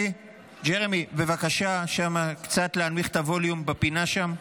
ג'רמי, בבקשה קצת להנמיך את הווליום בפינה שם.